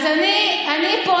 אז אני פונה,